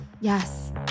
Yes